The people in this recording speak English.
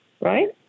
right